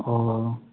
oh